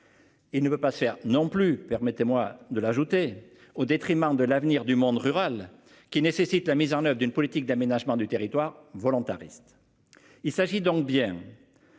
Et ne veut pas faire non plus. Permettez-moi de l'ajouter, au détriment de l'avenir du monde rural qui nécessite la mise en Oeuvres d'une politique d'aménagement du territoire volontariste.